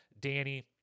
Danny